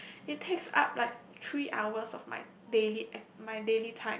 it's take out like three hours of my daily my daily time